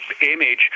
Image